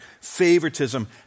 favoritism